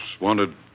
wanted